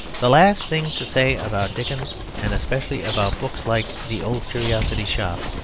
the last thing to say about dickens, and especially about books like the old curiosity shop,